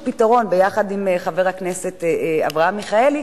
יחד עם חבר הכנסת אברהם מיכאלי,